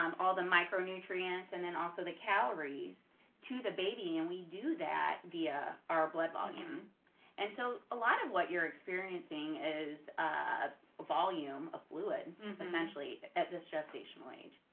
um all the micronutrients and then also the calories to the baby and and we do that via our blood volumes and so a lot of what you're experiencing is a volume of fluid essentially at this gestational age.